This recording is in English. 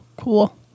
Cool